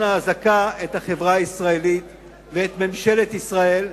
האזעקה את החברה הישראלית ואת ממשלת ישראל.